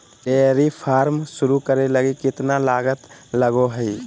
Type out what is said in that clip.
dairy farm शुरू करे लगी केतना लागत लगो हइ